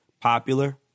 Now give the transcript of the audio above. popular